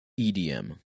EDM